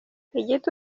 igiti